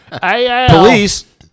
Police